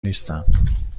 نیستم